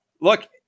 look